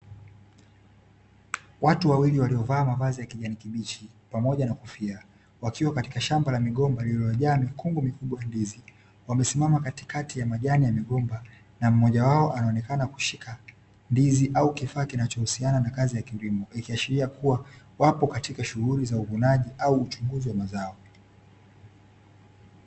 Watu wawili waliovaa mavazi ya kijani kibichi pamoja na kofia, wakiwa katika shamba la migomba lililojaa mikungu mikubwa ya ndizi. Wamesimama katikati ya majani ya migomba na mmoja wao anaonekana kushika ndizi au kifaa kinachohusiana na kazi ya kilimo, ikiashiria kuwa wapo katika shughuli za uvunaji au uchunguzi wa mazao.